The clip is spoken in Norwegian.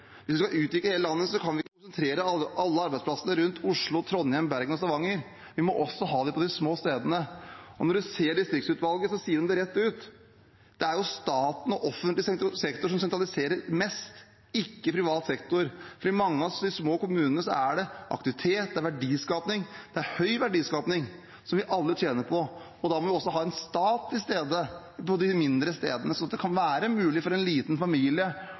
Hvis vi skal utvikle hele landet, kan vi ikke konsentrere alle arbeidsplassene rundt Oslo, Trondheim, Bergen og Stavanger, vi må også ha dem på de små stedene. Distriktsutvalget sier det rett ut: Det er staten og offentlig sektor som sentraliserer mest, ikke privat sektor. I mange av de små kommunene er det aktivitet, det er verdiskaping, høy verdiskaping, som vi alle tjener på. Da må vi også ha en stat til stede på de mindre stedene, sånn at det kan være mulig for en liten familie